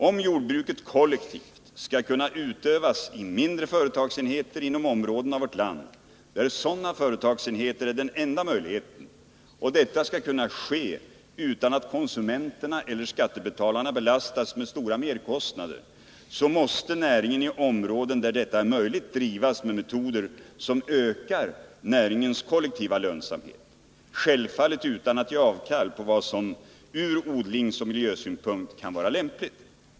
Om jordbruket kollektivt skall kunna utövas i mindre företagsenheter inom områden av vårt land där sådana företagsenheter är den enda möjligheten och detta skall kunna ske utan att konsumenterna eller skattebetalarna belastas med stora merkostnader, så måste näringen i områden där detta är möjligt drivas med metoder som ökar näringens kollektiva lönsamhet. Detta skall självfallet ske utan att man ger avkall på vad som från odlingsoch miljösynpunkt kan vara lämpligt.